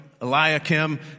Eliakim